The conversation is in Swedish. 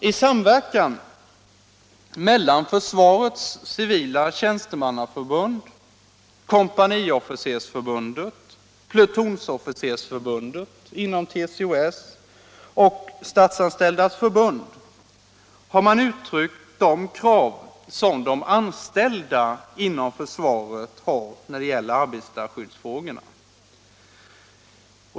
I samverkan mellan Försvarets civila tjänstemannaförbund, Kompaniofficersförbundet och Plutonofficersförbundet inom TCO-S samt Statsanställdas förbund har man uttryckt de krav de anställda inom försvaret har i arbetarskyddsfrågorna.